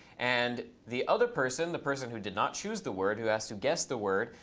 and the other person, the person who did not choose the word, who has to guess the word,